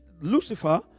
Lucifer